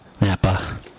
Napa